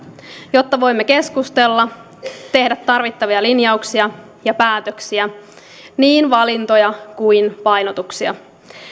jotta voimme keskustella tehdä tarvittavia linjauksia ja päätöksiä niin valintoja kuin painotuksia